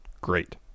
Great